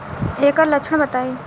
एकर लक्षण बताई?